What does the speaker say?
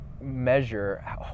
measure